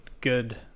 good